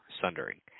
Sundering